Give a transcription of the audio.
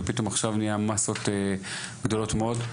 ופתאום עכשיו נהיו מסות גדולות מאוד.